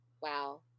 Wow